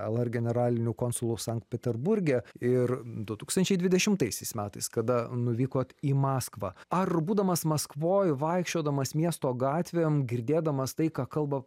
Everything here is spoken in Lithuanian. lr generaliniu konsulu sankt peterburge ir du tūkstančiai dvidešimtaisiais metais kada nuvykot į maskvą ar būdamas maskvoj vaikščiodamas miesto gatvėm girdėdamas tai ką kalba